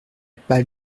pas